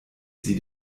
sie